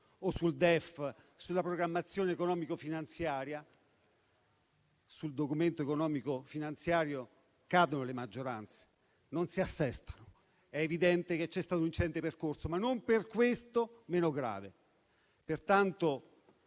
sul DEF e sulla programmazione economico-finanziaria. Sul Documento di economia e finanzia le maggioranze cadono, non si assestano. È evidente che c'è stato un incidente di percorso, ma non per questo è meno grave.